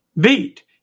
beat